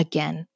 Again